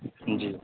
जी